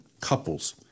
couples